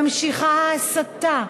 ממשיכה ההסתה,